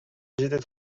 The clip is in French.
j’étais